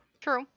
True